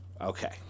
Okay